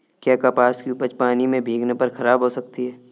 क्या कपास की उपज पानी से भीगने पर खराब हो सकती है?